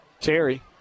Terry